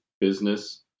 business